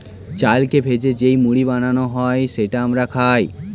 চালকে ভেজে যেই মুড়ি বানানো হয় সেটা আমরা খাই